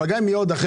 אבל גם אם יהיה אחר,